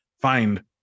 find